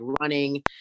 running